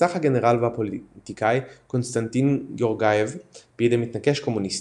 נרצח הגנרל והפוליטיקאי קונסטנטין גאורגייב בידי מתנקש קומוניסטי.